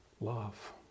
Love